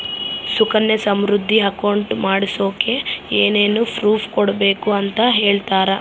Sukanya Samriddhi account ಮಾಡಿಸೋಕೆ ಏನೇನು proof ಕೊಡಬೇಕು ಅಂತ ಹೇಳ್ತೇರಾ?